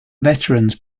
veterans